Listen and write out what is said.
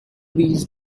these